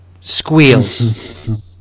squeals